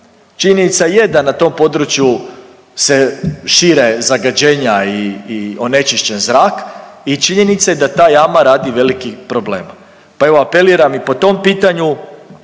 činjenica je da na tom području se šire zagađenja i onečišćen zrak i činjenica je da ta jama radi velikih problema. Pa evo, apeliram i po tom pitanju,